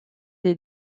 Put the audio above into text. des